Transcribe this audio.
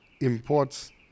imports